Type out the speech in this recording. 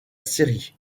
série